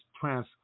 trans